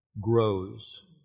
grows